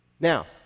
Now